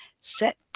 set